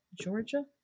Georgia